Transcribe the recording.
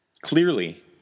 clearly